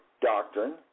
doctrine